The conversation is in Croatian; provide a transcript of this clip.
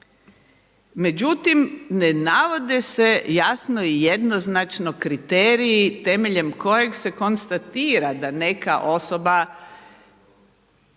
Međutim, ne navode se jasno i jednoznačno kriteriji temeljem kojeg se konstatira da neka osoba